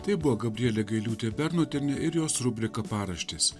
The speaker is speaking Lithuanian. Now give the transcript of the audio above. tai buvo gabrielė gailiūtė bernotienė ir jos rubrika paraštės